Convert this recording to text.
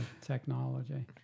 technology